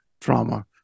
trauma